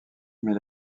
mais